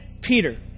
Peter